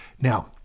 Now